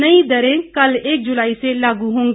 नई दरें कल एक जुलाई से लागू होगी